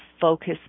focus